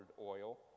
oil